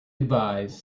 advise